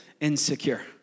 insecure